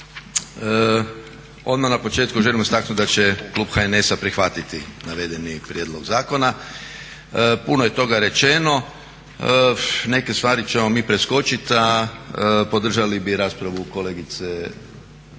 Odmah na početku želimo istaknuti da će klub HNS-a prihvatiti navedeni prijedlog zakona. Puno je toga rečeno, neke stvari ćemo mi preskočiti, a podržali bi raspravu kolegice